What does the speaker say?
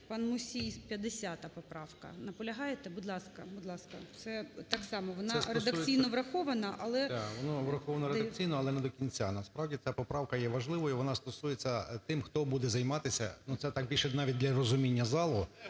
Пан Мусія, 50 поправка. Наполягаєте? Будь ласка. Будь ласка. це так само, вона редакційно врахована, але… 13:23:43 МУСІЙ О.С. Да, воно враховано редакційно, але не до кінця. Насправді, ця поправка є важливою, вона стосується тих, хто буде займатися, ну, це так більше навіть для розуміння залу,